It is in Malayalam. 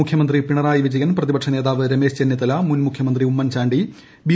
മുഖ്യമന്ത്രി പിണറായി വിജയൻ പ്രതിപക്ഷ നേതാവ് രമേശ് ചെന്നിത്തല മുൻ മുഖ്യമന്ത്രി ഉമ്മൻചാണ്ടി ബി